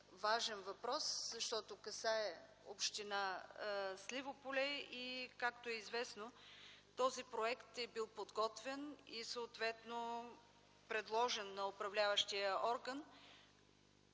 важен въпрос, защото касае община Сливо поле и, както е известно, този проект е бил подготвен и съответно предложен на управляващия орган.